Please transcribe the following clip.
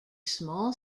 small